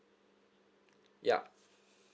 ya